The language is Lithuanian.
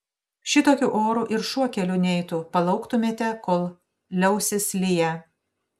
šitokiu oru ir šuo keliu neitų palauktumėte kol liausis liję